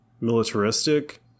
militaristic